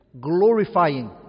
glorifying